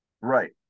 right